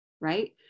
right